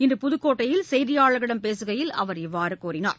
இன்று புதுக்கோட்டையில் செய்தியாளர்களிடம் பேசுகையில் அவர் இவ்வாறுகூறினார்